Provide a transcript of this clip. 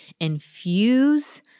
infuse